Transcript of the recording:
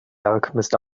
alchemist